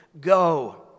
go